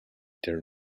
there